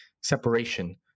separation